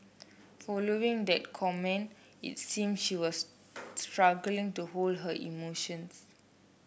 following that comment it seemed she was struggling to hold her emotions